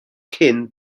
cyn